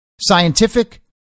scientific